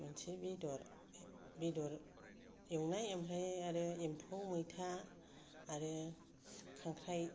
मोनसे बेदर एवनाय ओमफ्राय आरो एमफौ मैथा आरो खांख्राइ